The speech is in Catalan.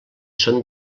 són